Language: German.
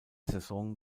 saison